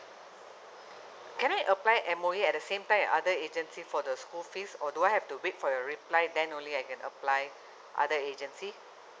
can I apply M_O_E at the same time and other agency for the school fees or do I have to wait for your reply then only I can apply other agency